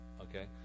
Okay